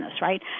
right